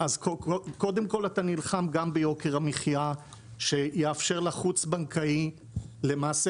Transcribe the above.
קודם כל אתה נלחם גם ביוקר המחיה שיאפשר לחוץ בנקאי למעשה